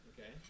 Okay